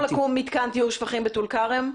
אמור לקום מתקן טיהור שפכים בטולכרם?